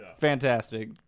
Fantastic